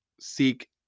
seek